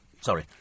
Sorry